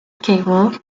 cable